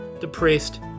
Depressed